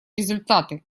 результаты